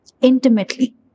intimately